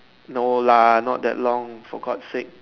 no lah not that long for God's sake